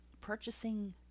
purchasing